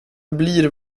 blir